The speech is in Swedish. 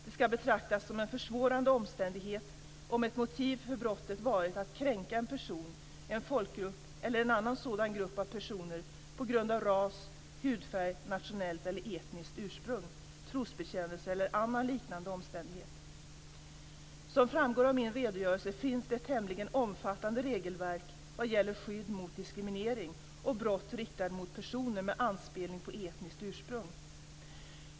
Det ska betraktas som en försvårande omständighet om ett motiv för brottet varit att kränka en person, en folkgrupp eller en annan sådan grupp av personer på grund av ras, hudfärg, nationellt eller etniskt ursprung, trosbekännelse eller annan liknande omständighet . Som framgår av min redogörelse finns det ett tämligen omfattande regelverk vad gäller skydd mot diskriminering och brott riktade mot personer med anspelning på etniskt ursprung.